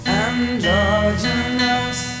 androgynous